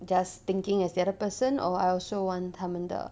just thinking as the other person or I also want 他们的